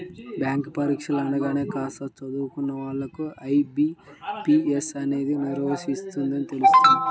bank పరీక్షలు అనగానే కాస్త చదువుకున్న వాళ్ళకు ఐ.బీ.పీ.ఎస్ అనేది నిర్వహిస్తుందని తెలుస్తుంది